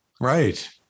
Right